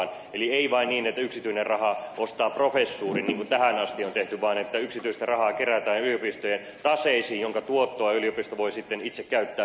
eli ei ole vain niin että yksityinen raha ostaa professuurin niin kuin tähän asti on tehty vaan että yksityistä rahaa kerätään yliopistojen taseisiin jonka tuottoa yliopisto voi sitten itse käyttää